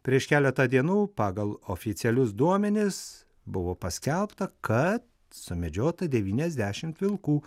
prieš keletą dienų pagal oficialius duomenis buvo paskelbta ka sumedžiota devyniasdešimt vilkų